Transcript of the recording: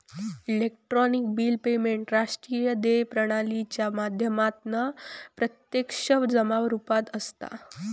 electronic bill payment राष्ट्रीय देय प्रणालीच्या माध्यमातना प्रत्यक्ष जमा रुपात असता